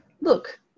look